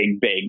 big